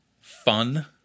fun